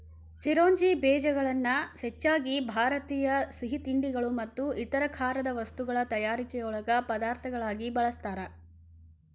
ಚಿರೋಂಜಿ ಬೇಜಗಳನ್ನ ಹೆಚ್ಚಾಗಿ ಭಾರತೇಯ ಸಿಹಿತಿಂಡಿಗಳು ಮತ್ತು ಇತರ ಖಾರದ ವಸ್ತುಗಳ ತಯಾರಿಕೆಯೊಳಗ ಪದಾರ್ಥಗಳಾಗಿ ಬಳಸ್ತಾರ